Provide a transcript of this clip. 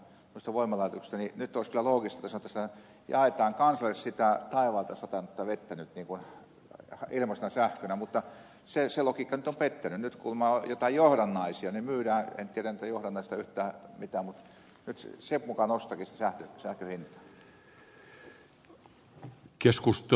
meillä on nyt satanut liikaa ilmeisesti kun sitä ajavat osataan todeten ettei voi sähköä pukkaa tulemaan noista voimalaitoksista ja nyt olisi kyllä loogista että jaetaan kansalle sitä taivaalta satanutta vettä ilmaisena sähkönä